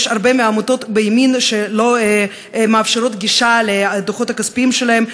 יש הרבה עמותות בימין שלא מאפשרות גישה לדוחות הכספיים שלהן,